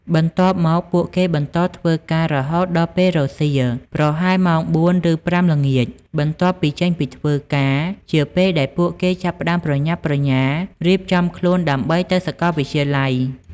បន្ទាប់មក ពួកគេបន្ត ធ្វើការរហូតដល់ពេលរសៀល ប្រហែលម៉ោង ៤ ឬ ៥ ល្ងាច បន្ទាប់ពីចេញពីធ្វើការ ជាពេលដែលពួកគេចាប់ផ្តើមប្រញាប់ប្រញាល់រៀបចំខ្លួនដើម្បីទៅសាកលវិទ្យាល័យ។